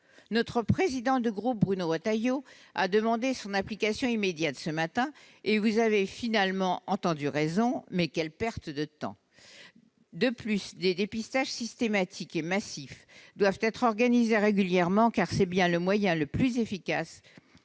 Notre président de groupe, Bruno Retailleau, a demandé ce matin l'application immédiate de cette mesure, et vous avez finalement entendu raison, mais quelle perte de temps ! Par ailleurs, des dépistages systématiques et massifs doivent être organisés régulièrement, car c'est bien là le moyen le plus efficace